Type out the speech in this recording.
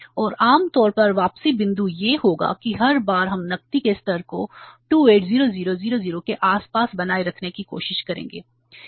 और आम तौर पर वापसी बिंदु यह होगा कि हर बार हम नकदी के स्तर को 280000 के आसपास बनाए रखने की कोशिश करेंगे